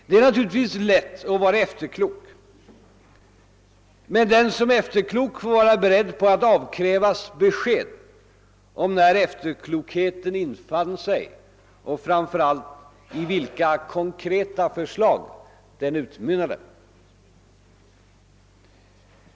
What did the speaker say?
Det är naturligtvis lätt att vara efterklok, men den som är det får vara beredd på att avkrävas besked om när efterklokheten infann sig och framför allt i vilka konkreta förslag den utmynnade.